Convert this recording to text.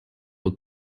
will